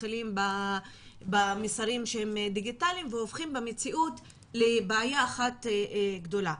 מתחילים במסרים דיגיטליים והופכים במציאות לבעיה אחת גדולה.